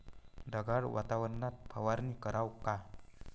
ढगाळ वातावरनात फवारनी कराव का?